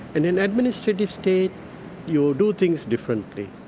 and an administrative state you do things differently.